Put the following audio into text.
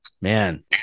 Man